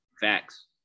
Facts